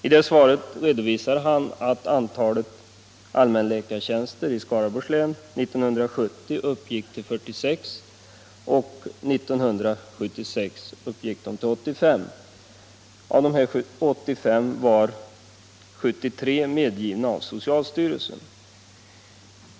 I svaret redovisar han att antalet allmänläkartjänster i Skaraborgs län 1970 uppgick till 46 och 1976 till 85. Av dessa 85 tjänster har 73 medgivits av socialstyrelsen.